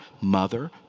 mother